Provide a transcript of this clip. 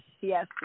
yes